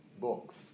books